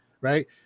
right